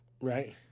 right